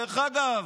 דרך אגב,